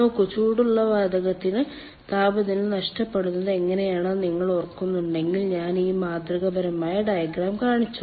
നോക്കൂ ചൂടുള്ള വാതകത്തിന് താപനില നഷ്ടപ്പെടുന്നത് ഇങ്ങനെയാണെന്ന് നിങ്ങൾ ഓർക്കുന്നുണ്ടെങ്കിൽ ഞാൻ ഈ മാതൃകാപരമായ ഡയഗ്രം കാണിച്ചു